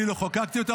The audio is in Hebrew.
אני לא חוקקתי אותו,